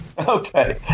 Okay